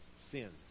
sins